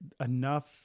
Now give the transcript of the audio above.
enough